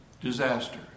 disaster